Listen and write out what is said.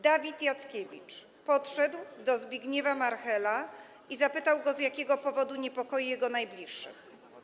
Dawid Jackiewicz podszedł do Zbigniewa Marchela i zapytał go, z jakiego powodu niepokoi jego najbliższych.